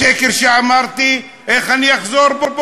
לשקר שאמרתי, איך אני אחזור בי?